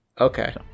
Okay